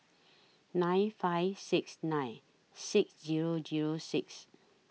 nine five six nine six Zero Zero six